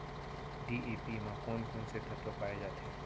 DAP म कोन कोन से तत्व पाए जाथे?